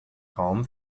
raum